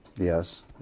Yes